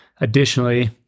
Additionally